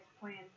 plan